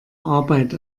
arbeit